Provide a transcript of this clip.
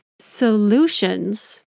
solutions